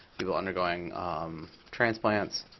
people undergoing transplants.